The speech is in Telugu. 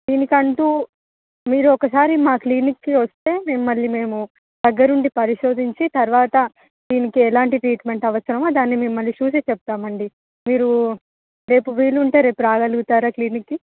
దీనికి అంటు మీరు ఒకసారి మా క్లినిక్కి వస్తే మిమ్మల్ని మేము దగ్గర ఉండి పరిశోధించి తర్వాత దీనికి ఎలాంటి ట్రీట్మెంట్ అవసరమో దాన్ని మిమ్మల్ని చూసి చెప్తామండి మీరు రేపు వీలుంటే రేపు రాగలుగుతారా క్లినిక్కి